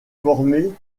formée